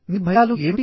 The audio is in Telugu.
మీ భయాలు ఏమిటి